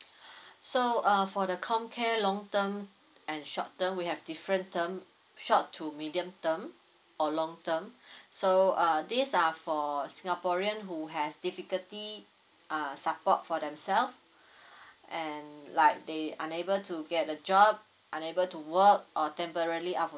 so uh for the comcare long term and short term we have different term short to medium term or long term so uh these are for singaporean who has difficulty uh support for themselves and like they unable to get a job unable to work or temporally out of